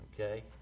Okay